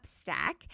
stack